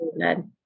good